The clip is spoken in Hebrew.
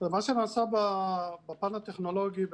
מה שנעשה בפן הטכנולוגי,